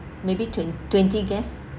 may be twen~ twenty guests